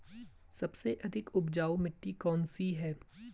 सबसे अधिक उपजाऊ मिट्टी कौन सी है?